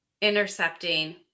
intercepting